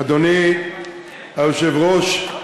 אדוני היושב-ראש,